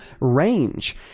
range